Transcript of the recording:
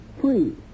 free